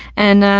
and,